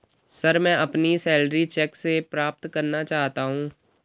sir, मैं अपनी salary cheque से प्राप्त करना चाहता हूं